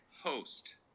host